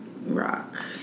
Rock